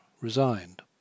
resigned